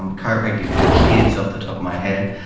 um chiropractic for kids, off the top of my head.